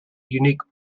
unique